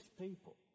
people